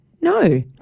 No